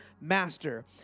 master